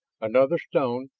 another stone,